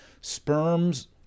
sperms